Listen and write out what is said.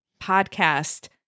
podcast